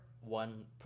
one